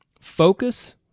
focus